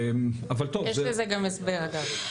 יש לזה גם הסבר אגב.